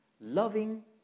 loving